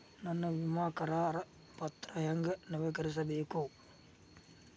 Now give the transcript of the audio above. ನನ್ನ ವಿಮಾ ಕರಾರ ಪತ್ರಾ ಹೆಂಗ್ ನವೇಕರಿಸಬೇಕು?